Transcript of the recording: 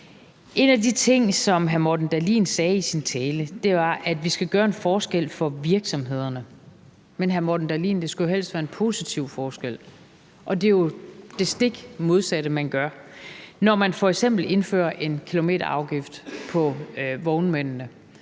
en af de ting, som hr. Morten Dahlin sagde i sin tale, at vi skal gøre en forskel for virksomhederne. Men, hr. Morten Dahlin, det skulle jo helst være en positiv forskel, og det er jo det stik modsatte, man gør. Når man f.eks. nu her indfører en kilometerafgift på vognmændene,